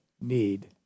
need